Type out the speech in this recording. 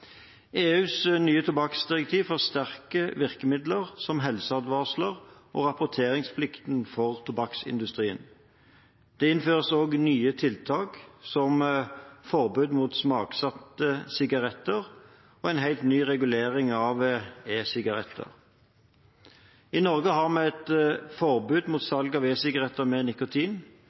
EUs nye tobakksdirektiv forsterker virkemidler som helseadvarsler og rapporteringsplikten for tobakksindustrien. Det innføres også nye tiltak, som forbud mot smaksatte sigaretter og en helt ny regulering av e-sigaretter. I Norge har vi forbud mot salg av e-sigaretter med nikotin.